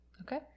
Okay